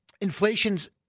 inflation's